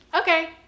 Okay